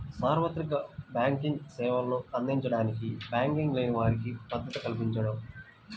సార్వత్రిక బ్యాంకింగ్ సేవలను అందించడానికి బ్యాంకింగ్ లేని వారికి భద్రత కల్పించడం